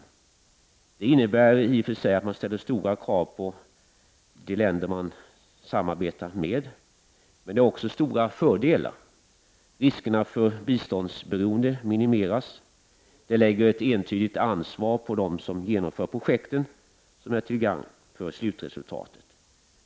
Detta innebär i och för sig att man ställer stora krav på de länder man samarbetar med, men denna arbetsform har också stora fördelar. Riskerna för biståndsberoende minimeras, ett entydigt ansvar läggs på dem som genomför projekten, något som är till gagn för slutresultatet.